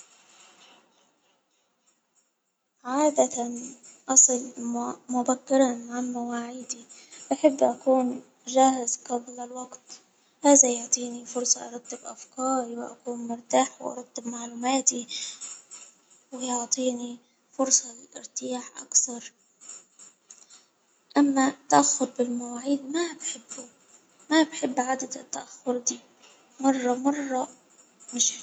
عادة أصل مبكرعن مواعيدي، أحب أكون جاهز قبل الوقت، هذا يعطيني فرصة أرتب أفكاري، وأكون مرتاح وأرتب معلوماتي، ليعطيني فرصة للإرتياح أكثر، أما التأخر بالمواعيد ما بحبة ما بحب عادة التأخر دي مرة مرة مش.